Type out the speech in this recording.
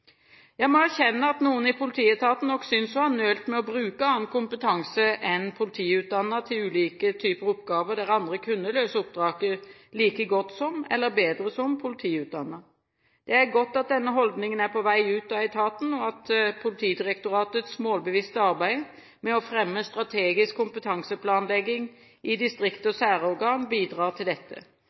Jeg må erkjenne at noen i politietaten nok synes å ha nølt med å bruke annen kompetanse enn politiutdannede til ulike typer oppgaver der andre kunne løse oppdraget like godt som – eller bedre enn – politiutdannede. Det er godt at denne holdningen er på vei ut av etaten, og at Politidirektoratets målbevisste arbeid med å fremme strategisk kompetanseplanlegging i distrikt og særorgan bidrar til dette.